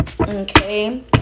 Okay